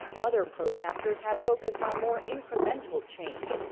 other protesters have focused on more incremental change.